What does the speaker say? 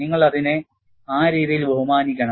നിങ്ങൾ അതിനെ ആ രീതിയിൽ ബഹുമാനിക്കണം